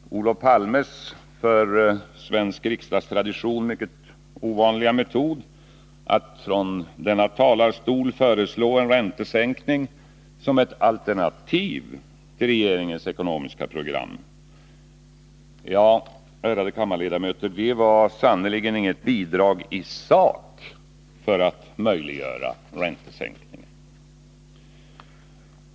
Olof Palmes för svensk riksdagstradition mycket ovanliga metod att från denna talarstol föreslå en räntesänkning som ett alternativ till regeringens ekonomiska program var sannerligen, ärade kammarledamöter, inget bidrag i sak till att möjliggöra räntesänkningen.